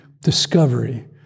discovery